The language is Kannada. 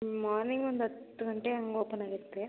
ಮಾರ್ನಿಂಗ್ ಒಂದು ಹತ್ತು ಗಂಟೆ ಹಂಗೆ ಓಪನ್ ಆಗುತ್ತೆ